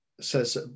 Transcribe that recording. says